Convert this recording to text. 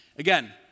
Again